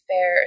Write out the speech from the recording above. Fair